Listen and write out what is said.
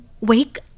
wake